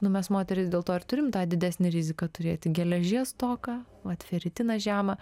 nu mes moterys dėl to ir turim tą didesnę riziką turėti geležies stoką vat feritiną žemą